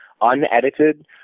unedited